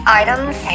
items